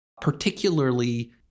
particularly